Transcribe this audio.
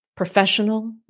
Professional